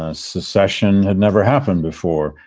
ah secession had never happened before.